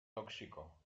tóxico